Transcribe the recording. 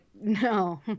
no